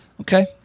Okay